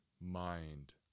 mind